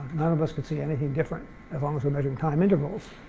none of us could see anything different as long as we're measuring time intervals,